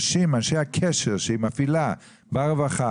שאנשי הקשר שהיא מפעילה ברווחה,